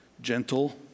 Gentle